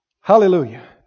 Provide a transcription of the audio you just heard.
Hallelujah